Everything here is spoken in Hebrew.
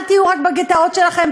אל תהיו רק בגטאות שלכם,